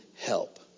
help